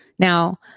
Now